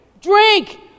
Drink